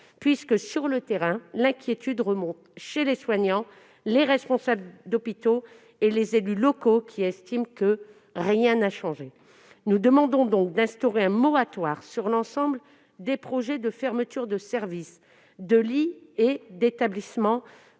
Sur le terrain, l'inquiétude remonte chez les soignants, les responsables d'hôpitaux et les élus locaux, qui estiment que rien n'a changé. Nous demandons donc l'instauration d'un moratoire sur l'ensemble des projets de fermeture de services, de lits et d'établissements